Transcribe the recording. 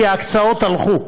כי ההקצאות הלכו,